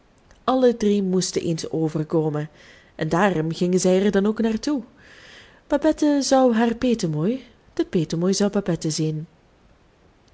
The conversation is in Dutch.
alle drie moesten eens overkomen en daarom gingen zij er dan ook naar toe babette zou haar petemoei de petemoei zou babette zien